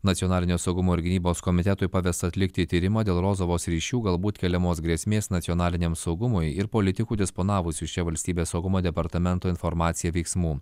nacionalinio saugumo ir gynybos komitetui pavesta atlikti tyrimą dėl rozovos ryšių galbūt keliamos grėsmės nacionaliniam saugumui ir politikų disponavusių šia valstybės saugumo departamento informacija veiksmų